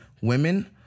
women